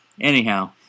Anyhow